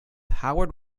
howard